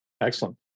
Excellent